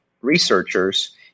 researchers